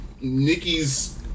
Nikki's